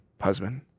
husband